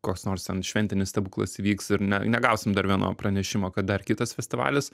koks nors ten šventinis stebuklas įvyks ir ne negausim dar vieno pranešimo kad dar kitas festivalis